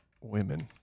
Women